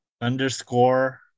underscore